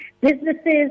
businesses